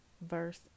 verse